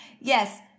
Yes